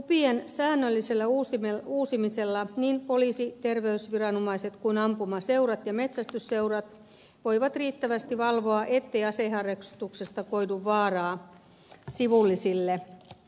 lupien säännöllisellä uusimisella niin poliisi terveysviranomaiset kuin ampumaseurat ja metsästysseurat voivat riittävästi valvoa ettei aseharrastuksesta koidu vaaraa sivullisille